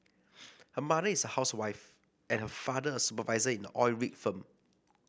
her mother is a housewife and her father a supervisor in an oil rig firm